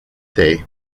day